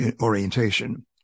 orientation